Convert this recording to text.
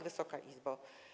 Wysoka Izbo!